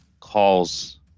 calls